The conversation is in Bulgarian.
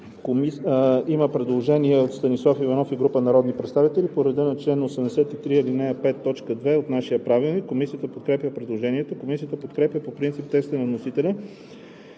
има предложение на Станислав Иванов и група народни представители по реда на чл. 83, ал. 5, т. 2 нашия Правилник. Комисията подкрепя предложението. Комисията подкрепя по принцип текста на вносителя